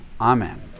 Amen